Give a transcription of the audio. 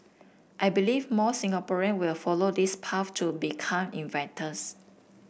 I believe more Singaporean will follow this path to become inventors